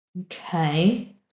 Okay